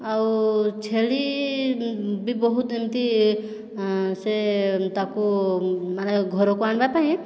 ଆଉ ଛେଳି ବି ବହୁତ ଏମିତି ସେ ତାକୁ ମାନେ ଘରକୁ ଆଣିବା ପାଇଁ